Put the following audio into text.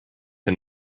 and